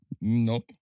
No